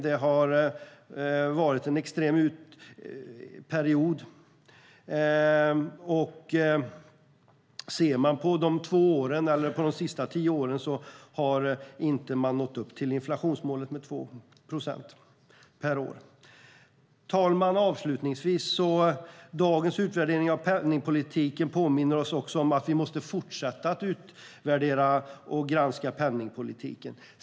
Det har varit en extrem period. Ser man till dessa två år, eller de senaste tio åren, ser man att vi inte har nått upp till inflationsmålet 2 procent per år. Fru talman! Avslutningsvis påminner oss dagens utvärdering av penningpolitiken om att vi måste fortsätta att utvärdera och granska penningpolitiken.